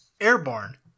Airborne